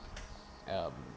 um